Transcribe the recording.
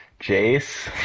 Jace